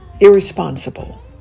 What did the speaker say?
irresponsible